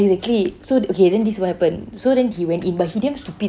exactly so okay then this is what happen so then he went in but he damn stupid